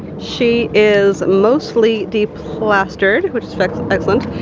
she is mostly de-plastered, which is excellent.